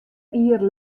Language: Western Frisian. jier